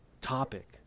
topic